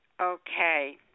Okay